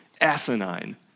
asinine